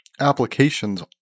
applications